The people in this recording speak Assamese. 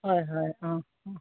হয় হয় অঁ